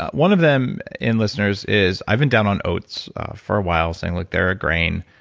ah one of them in listeners is, i've been down on oats for a while saying, look, they're a grain,